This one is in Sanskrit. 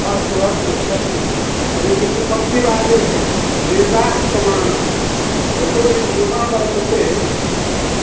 अस्तु अस्तु अस्तु तर्हि व्युत्पत्तिवादे वेदाः प्रमाणं यतोहि नियमः वर्तते